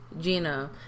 Gina